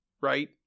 right